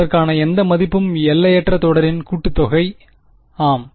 அதற்கான எந்த மதிப்பும் எல்லையற்ற தொடரின் கூட்டுத்தொகை ஆம்